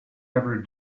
ever